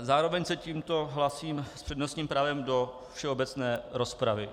Zároveň se tímto hlásím s přednostním právem do všeobecné rozpravy.